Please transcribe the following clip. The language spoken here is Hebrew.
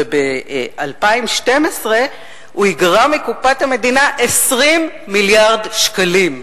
וב-2012 הוא יגרע מקופת המדינה 20 מיליארד שקלים.